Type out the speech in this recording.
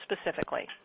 specifically